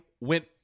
went